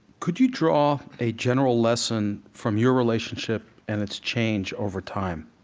could you draw a general lesson from your relationship and its change over time?